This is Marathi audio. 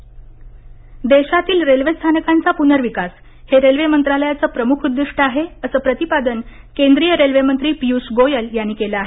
रेल्वे पनर्विकसन देशातील रेल्वेस्थानाकांचा पुनर्विकास हे रेल्वे मंत्रालयाचे प्रमुख उद्दिष्ट आहे असं प्रतिपादन केंद्रीय रेल्वेमंत्री पियुष गोयल यांनी केले आहे